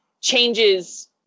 changes